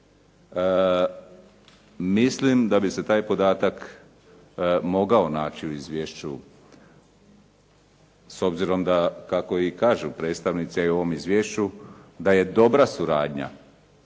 Mislim da bi se taj podatak mogao naći u izvješću s obzirom da kako i kažu predstavnici u ovom izvješću da je dobra suradnja